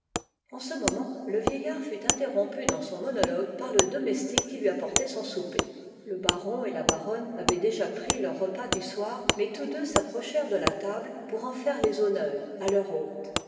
en ce moment le vieillard fut interrompu dans son monologue par le domestique qui lui apportait son souper le baron et la baronne avaient déjà pris leur repas du soir mais tous deux s'approchèrent de la table pour en faire les honneurs à leur hôte